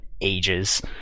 ages